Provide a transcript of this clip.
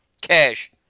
cash